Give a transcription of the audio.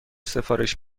سفارش